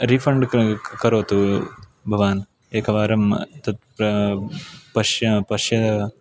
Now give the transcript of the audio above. refund क् करोतु भवान् एकवारं तत्र पश्य पश्य